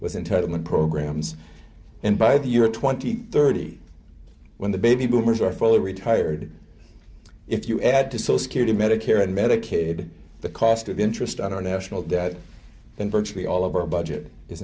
was in title of programs and by the year twenty thirty when the baby boomers are fully retired if you add to so security medicare and medicaid the cost of the interest on our national debt and virtually all of our budget is